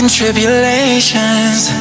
tribulations